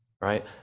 right